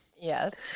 Yes